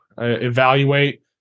evaluate